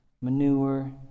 manure